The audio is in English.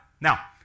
Now